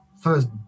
first